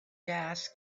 gas